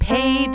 Pay